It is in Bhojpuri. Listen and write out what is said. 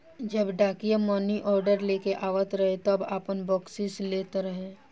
जब डाकिया मानीऑर्डर लेके आवत रहे तब आपन बकसीस लेत रहे